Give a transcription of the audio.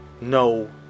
no